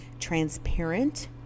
transparent